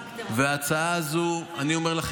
הצחקתם אותי.